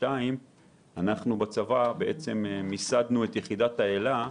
הסיבה השנייה היא שיחידת "אלה"